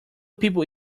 people